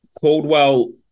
Caldwell